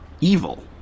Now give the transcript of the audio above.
Evil